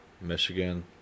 michigan